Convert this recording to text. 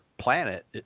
planet